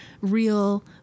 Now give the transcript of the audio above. real